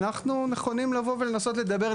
אנחנו נכונים לבוא ולנסות לדבר,